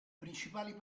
principali